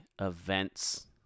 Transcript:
events